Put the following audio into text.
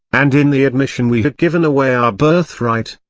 and in the admission we have given away our birthright.